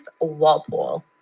walpole